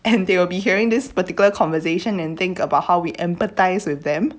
and they will be hearing this particular conversation and think about how we empathise with them